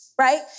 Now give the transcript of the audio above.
right